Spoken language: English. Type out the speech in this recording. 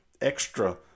extra